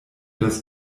das